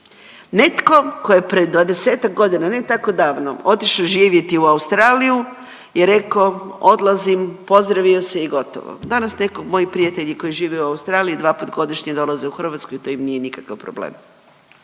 Netko tko je pred 20-ak godina, ne tako davno, otišao živjeti u Australiju i reko odlazim, pozdravio se i gotovo. Danas netko, moji prijatelji koji žive u Australiji dva puta godišnje dolaze u Hrvatsku i to im nije nikakav problem.